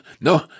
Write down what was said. no